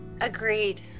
Agreed